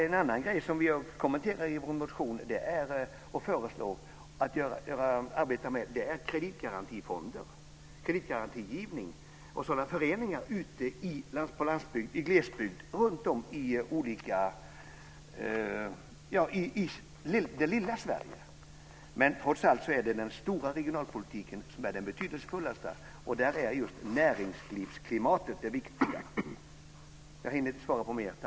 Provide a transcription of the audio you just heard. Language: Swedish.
En annan sak som vi föreslår i vår motion är att man ska arbeta med kreditgarantifonder, kreditgarantigivning och sådana föreningar ute i glesbygden runtom i det lilla Sverige. Men trots allt är det den stora regionalpolitiken som är den betydelsefullaste, och där är just näringslivsklimatet det viktiga. Jag hinner inte svara på fler frågor.